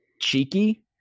cheeky